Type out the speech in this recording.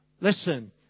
Listen